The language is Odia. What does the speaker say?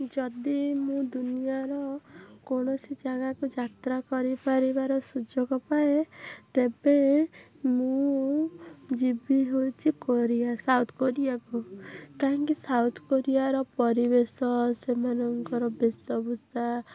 ଯଦି ମୁଁ ଦୁନିଆର କୌଣସି ଜାଗାକୁ ଯାତ୍ରା କରିପାରିବାର ସୁଯୋଗ ପାଏ ତେବେ ମୁଁ ଯିବି ହେଉଛି କୋରିଆ ସାଉଥ୍ କୋରିଆକୁ କାହିଁକି ସାଉଥ୍ କୋରିଆର ପରିବେଶ ସେମାନଙ୍କର ବେଶଭୂଷା